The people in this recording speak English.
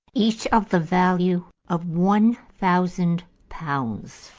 each of the value of one thousand pounds.